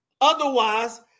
Otherwise